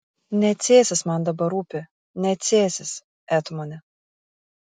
ne cėsis man dabar rūpi ne cėsis etmone